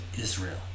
Israel